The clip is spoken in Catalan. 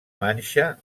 manxa